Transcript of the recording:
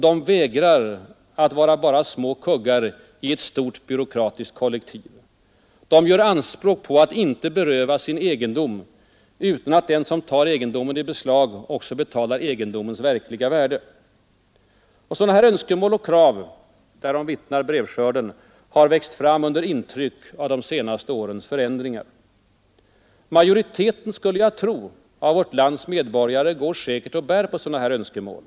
De vägrar att vara bara små kuggar i ett sort byråkratiskt kollektiv. De gör anspråk på att inte berövas sin egendom utan att den som tar egendomen i beslag också betalar dess verkliga värde. Sådana önskemål och krav — därom vittnar brevskörden — har växt fram under intryck av de senaste årens förändringar. Majoriteten, skulle jag tro, av vårt lands medborgare går säkert och bär på sådana här önskemål.